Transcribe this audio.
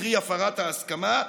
קרי הפרת ההסכמה,